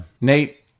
Nate